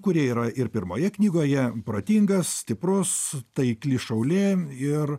kurie yra ir pirmoje knygoje protingas stiprus taikli šaulė ir